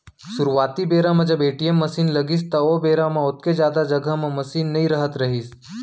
सुरूवाती बेरा म जब ए.टी.एम मसीन लगिस त ओ बेरा म ओतेक जादा जघा म मसीन नइ रहत रहिस